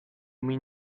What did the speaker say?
mean